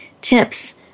tips